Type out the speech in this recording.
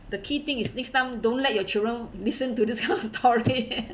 the key thing is next time don't let your children listen to this kind of story